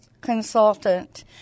consultant